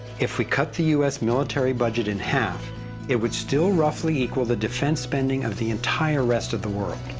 if we cut the u s. military budget in half it would still roughly equal the defense spending of the entire rest of the world.